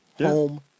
home